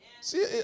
See